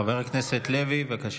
חבר הכנסת לוי, בבקשה.